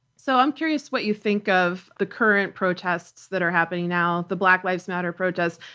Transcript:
so i'm curious what you think of the current protests that are happening now, the black lives matter protests.